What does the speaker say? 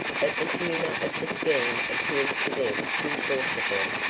but the humor of the scheme appealed to them too forcibly,